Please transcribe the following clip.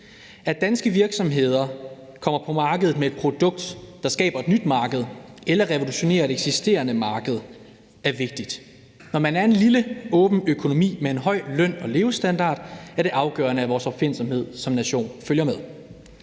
At danske virksomheder kommer på markedet med et produkt, der skaber et nyt marked eller revolutionerer et eksisterende marked, er vigtigt. Når man er en lille åben økonomi med en høj løn- og levestandard, er det afgørende, at vores opfindsomhed som nation følger med.